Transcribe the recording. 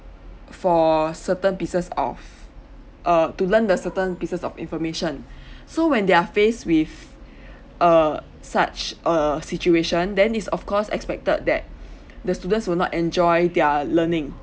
for certain pieces of err to learn the certain pieces of information so when they are faced with err such err situation then this of course expected that the students will not enjoy their learning